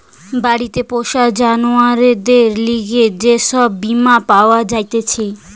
বাড়িতে পোষা জানোয়ারদের লিগে যে সব বীমা পাওয়া জাতিছে